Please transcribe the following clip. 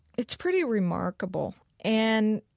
it's pretty remarkable. and